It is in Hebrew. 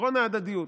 עקרון ההדדיות.